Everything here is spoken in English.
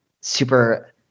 super